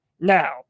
Now